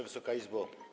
Wysoka Izbo!